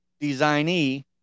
designee